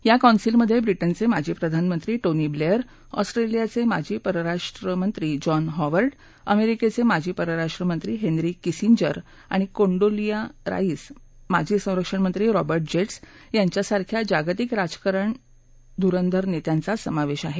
या कौन्सिलमधे ब्रिटनचे माजी प्रधानमंत्री टोनी ब्लेअर ऑस्ट्रेलियाचे माजी परराष्ट्र जॉन हॉवर्ड अमेरिकेचे माजी परराष्ट्र मंत्री हेन्री किसिंजर आणि कोंडोलिझा राईस माजी संरक्षण मंत्री रॉबर्ट जेट्स यांच्यासारख्या जागतिक राजकारण धुरुंधर नेत्यांचा समावेश आहे